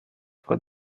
for